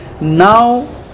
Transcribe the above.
Now